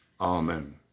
Amen